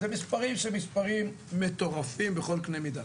אלה מספרים מטורפים בכל קנה מידה.